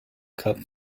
cup